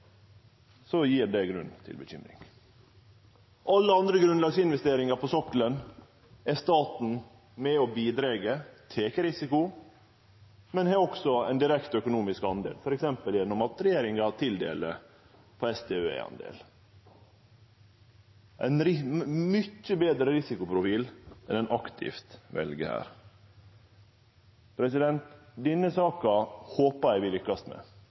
det grunn til bekymring. I alle andre grunnlagsinvesteringar på sokkelen er staten med og bidreg og tek risiko, men har også ein direkte økonomisk andel, f.eks. gjennom at regjeringa tildeler ein SDØE-andel – ein mykje betre risikoprofil enn ein aktivt vel her. Denne saka håpar eg vi lykkast med.